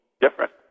different